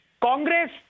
Congress